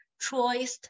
choiced